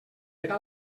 era